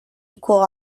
equal